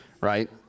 right